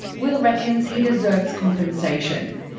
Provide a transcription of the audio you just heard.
will reckons he deserves compensation.